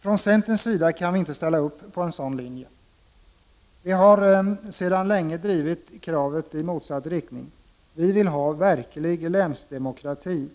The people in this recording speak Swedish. Från centerns sida kan vi inte ställa upp på en sådan linje. Vi har sedan länge drivit krav i motsatt riktning. Vi vill ha verklig länsdemokrati.